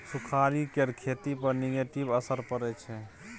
सुखाड़ि केर खेती पर नेगेटिव असर परय छै